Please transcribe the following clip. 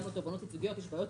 גם לתובענות ייצוגיות יש בעיות.